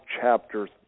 chapters